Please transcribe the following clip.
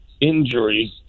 injuries